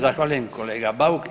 Zahvaljujem kolega Bauk.